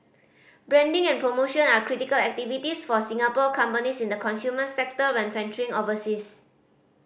branding and promotion are critical activities for Singapore companies in the consumer sector when venturing overseas